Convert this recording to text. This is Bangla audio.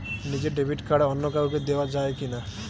নিজের ডেবিট কার্ড অন্য কাউকে দেওয়া যায় কি না?